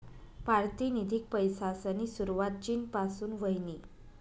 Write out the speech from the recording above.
पारतिनिधिक पैसासनी सुरवात चीन पासून व्हयनी